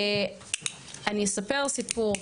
אני אספר סיפור,